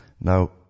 Now